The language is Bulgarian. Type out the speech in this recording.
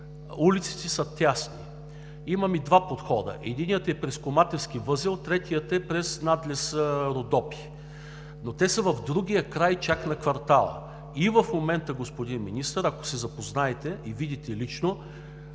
улиците са тесни, имаме два подхода – единият е през Коматевски възел, другият е през надлез „Родопи“, но те са чак в другия край на квартала. И в момента, господин Министър, ако се запознаете и видите лично,